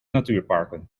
natuurparken